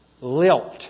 lilt